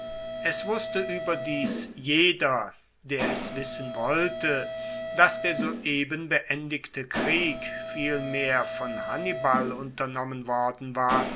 es wusste ueberdies jeder der es wissen wollte dass der soeben beendigte krieg viel mehr von hannibal unternommen worden war